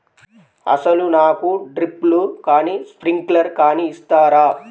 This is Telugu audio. అసలు నాకు డ్రిప్లు కానీ స్ప్రింక్లర్ కానీ ఇస్తారా?